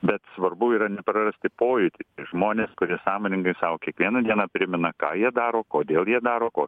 bet svarbu yra neprarasti pojūtį žmonės kurie sąmoningai sau kiekvieną dieną primena ką jie daro kodėl jie daro ko